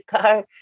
car